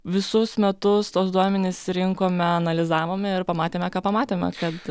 visus metus tuos duomenis rinkome analizavome ir pamatėme ką pamatėme kad